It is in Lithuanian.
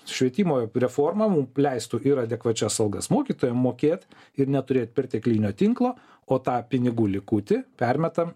švietimo reforma mum leistų ir adekvačias algas mokytojam mokėt ir neturėt perteklinio tinklo o tą pinigų likutį permetam